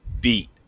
beat